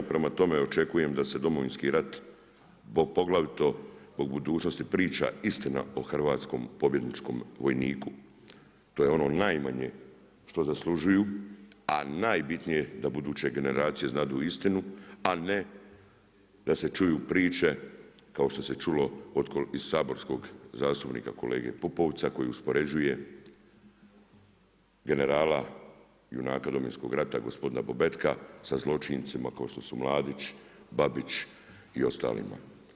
Prema tome, očekujem da se Domovinski rat poglavito zbog budućnosti priča istina o hrvatskom pobjedničkom vojniku. to je ono najmanje što zaslužuju, a najbitnije je da buduće generacije znadu istinu a ne da se čuju priče kao što se čulo iz saborskog zastupnika kolege Pupovca koji uspoređuje generala junaka Domovinskog rata gospodina Bobetka sa zločincima kao što su Mladić, Babić i ostalima.